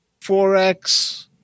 4x